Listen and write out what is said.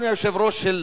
אדוני היושב-ראש,